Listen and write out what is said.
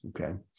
Okay